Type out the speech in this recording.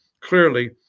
clearly